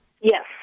Yes